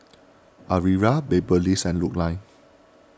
Aria Beverley and Lurline